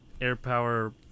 AirPower